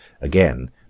again